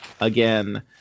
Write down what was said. again